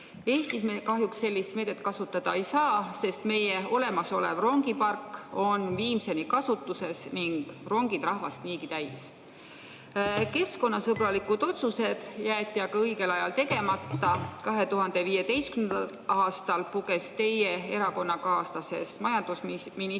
Eestis me kahjuks sellist meedet kasutada ei saa, sest meie olemasolev rongipark on viimseni kasutuses ning rongid rahvast niigi täis. Keskkonnasõbralikud otsused on jäetud õigel ajal tegemata. 2015. aastal puges teie erakonnakaaslasest majandusminister